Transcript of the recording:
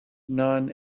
none